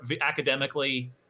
academically